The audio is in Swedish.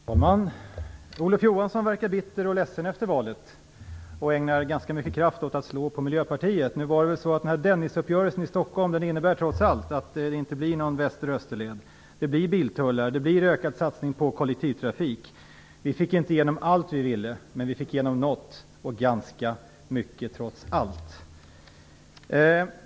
Herr talman! Olof Johansson verkar bitter och ledsen efter valet, och han ägnar ganska mycket kraft åt att slå på Miljöpartiet. Nu är det väl så, att Dennisuppgörelsen i Stockholm trots allt innebär att det inte blir Västerled och Österled. Det blir biltullar, och det blir ökad satsning på kollektivtrafik. Vi fick inte igenom allt vi ville, men vi fick igenom något och trots allt ganska mycket.